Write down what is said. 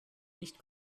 nicht